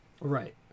Right